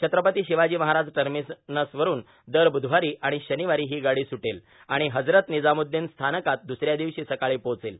छत्रपती शिवाजी महाराज टर्मिनसवरून दर बुधवारी आणि शनिवारी ही गाडी सुटेल आणि हजरत निझामुद्दिन स्थानकात दुसऱ्या दिवशी सकाळी पोहोचेल